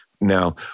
Now